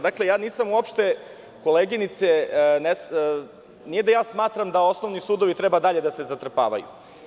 Dakle, koleginice, nije da ja smatram da osnovni sudovi treba dalje da se zatrpavaju.